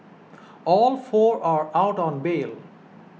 all four are out on bail